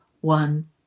one